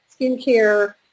skincare